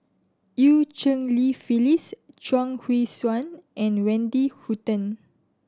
Eu Cheng Li Phyllis Chuang Hui Tsuan and Wendy Hutton